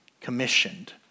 Commissioned